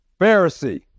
Pharisee